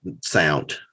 sound